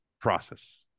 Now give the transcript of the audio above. process